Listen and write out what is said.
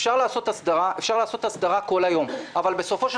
אפשר לעשות הסדרה כל היום אבל בסופו של